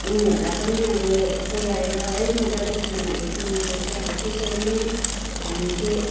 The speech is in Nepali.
उनीहरूलाई पनि अब बोलाएर है मजाले खानाहरू दिनु पर्छ अब त्यसरी नै हामी चाहिँ